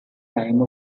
time